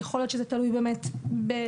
יכול להיות שזה תלוי באמת בתקציבים.